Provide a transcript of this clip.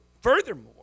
Furthermore